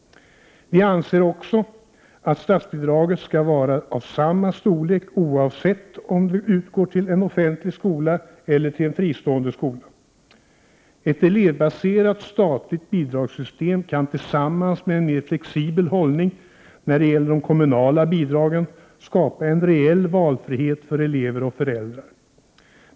Vi anser också att statsbidraget skall vara av samma storlek oavsett om det utgår till en offentlig skola eller till en fristående skola. Ett elevbaserat statligt bidragssystem kan tillsammans med en mer flexibel hållning när det gäller de kommunala bidragen skapa en reell valfrihet för elever och föräldrar.